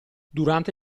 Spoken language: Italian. durante